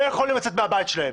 ולא יכולים לצאת מהבית שלהם.